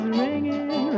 ringing